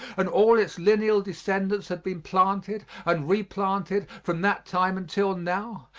and all its lineal descendants had been planted and replanted from that time until now,